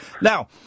Now